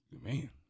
man